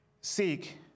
seek